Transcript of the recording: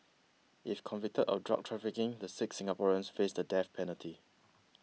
if convicted of drug trafficking the six Singaporeans face the death penalty